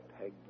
Peg